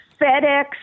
FedEx